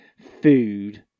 food